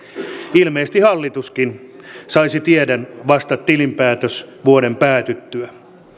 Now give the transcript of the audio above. ilmeisesti hallituskin saisi tiedon vasta tilinpäätösvuoden päätyttyä